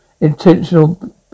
intentional